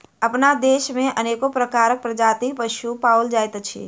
अपना देश मे अनेको प्रकारक प्रजातिक पशु पाओल जाइत अछि